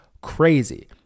crazy